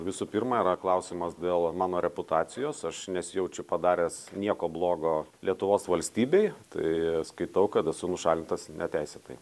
visų pirma yra klausimas dėl mano reputacijos aš nesijaučiu padaręs nieko blogo lietuvos valstybei tai skaitau kad esu nušalintas neteisėtai